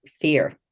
fear